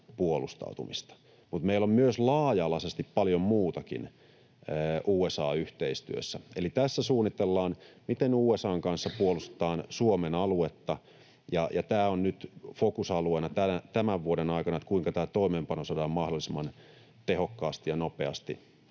puolustautumista. Mutta meillä on myös laaja-alaisesti paljon muutakin USA-yhteistyössä. Eli tässä suunnitellaan, miten USA:n kanssa puolustetaan Suomen aluetta, ja tämä on nyt fokusalueena tämän vuoden aikana, kuinka tämä toimeenpano saadaan mahdollisimman tehokkaasti ja nopeasti